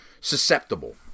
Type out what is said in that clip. susceptible